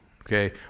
okay